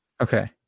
Okay